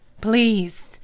please